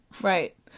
Right